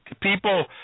people